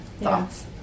thoughts